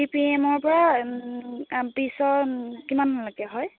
three P এমৰ পৰা পিছৰ কিমানলৈকে হয়